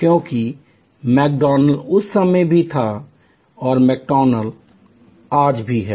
क्योंकि मैकडॉनल्ड्स उस समय था और आज भी है